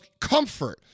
comfort